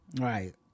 Right